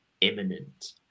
imminent